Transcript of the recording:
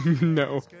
No